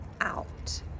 out